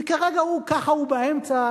וכרגע הוא "ככה הוא באמצע",